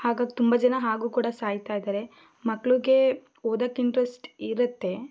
ಹಾಗಾಗಿ ತುಂಬ ಜನ ಹಾಗೂ ಕೂಡ ಸಾಯ್ತಾ ಇದ್ದಾರೆ ಮಕ್ಳಿಗೆ ಓದಕ್ಕೆ ಇಂಟರೆಸ್ಟ್ ಇರತ್ತೆ